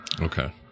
Okay